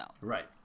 right